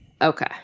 Okay